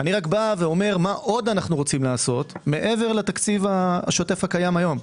אני רק אומר מה עוד אנו רוצים לעשות מעבר לתקציב השוטף הקיים כיום.